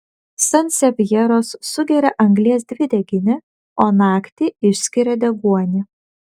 sansevjeros sugeria anglies dvideginį o naktį išskiria deguonį